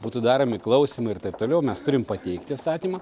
būtų daromi klausymai ir taip toliau mes turim pateikti įstatymą